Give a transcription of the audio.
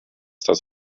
das